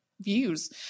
views